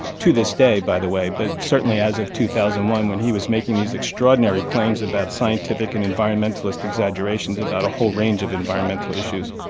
to this day, by the way, but certainly as of two thousand one when he was making these extraordinary claims about scientific and environmentalist exaggerations about a whole range of environmental issues.